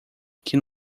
que